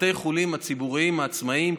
בתי החולים הציבוריים העצמאיים,